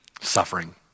Suffering